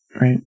right